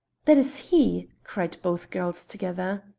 that is he! cried both girls together.